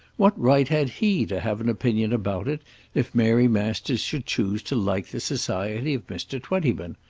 what right had he to have an opinion about it if mary masters should choose to like the society of mr. twentyman?